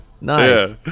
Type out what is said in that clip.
Nice